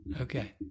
Okay